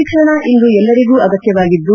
ಶಿಕ್ಷಣ ಇಂದು ಎಲ್ಲರಿಗೂ ಅಗತ್ವವಾಗಿದ್ದು